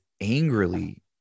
angrily